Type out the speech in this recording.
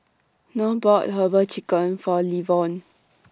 North bought Herbal Chicken Feet For Ivonne